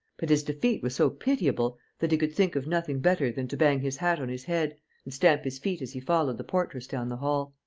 but his defeat was so pitiable that he could think of nothing better than to bang his hat on his head and stamp his feet as he followed the portress down the hall.